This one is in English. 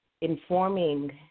Informing